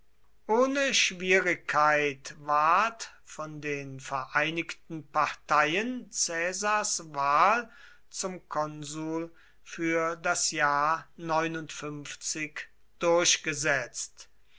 ohne schwierigkeit ward von den vereinigten parteien caesars wahl zum konsul für das jahr durchgesetzt